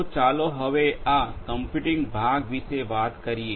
તો ચાલો હવે આ કમ્પ્યુટિંગ ભાગ વિશે વાત કરીએ